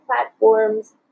platforms